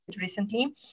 recently